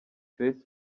face